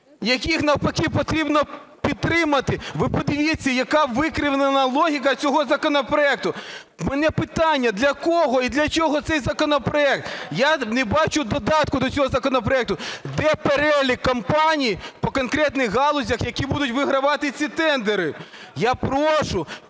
яких навпаки потрібно підтримати. Ви подивіться, яка викривлена логіка цього законопроекту. У мене питання: для кого і для чого цей законопроект? Я не бачу додатку до цього законопроекту, де перелік компаній, по конкретних галузях, які будуть вигравати ці тендери? Я прошу